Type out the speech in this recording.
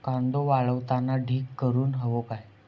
कांदो वाळवताना ढीग करून हवो काय?